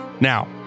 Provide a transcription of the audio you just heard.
Now